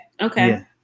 okay